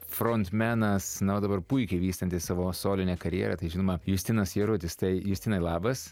front menas na o dabar puikiai vystantis savo solinę karjerą tai žinoma justinas jarutis tai justinai labas